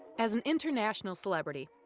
as an international celebrity,